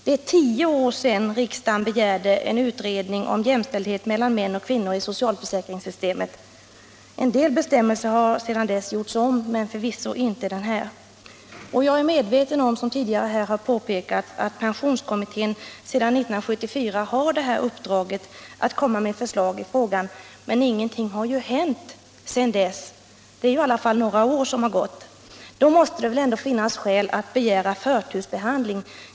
Det är tio år sedan riksdagen begärde en utredning om jämställdhet mellan män och kvinnor i socialförsäkringssystemet. En del bestämmelser har sedan dess gjorts om men förvisso inte den här. Jag är medveten om att pensionskommittén, som tidigare påpekats, sedan 1974 har uppdraget att komma med förslag i frågan. Men ingenting har ju hänt under de år som har gått. Då måste det ändå finnas skäl att begära förtursbehandling.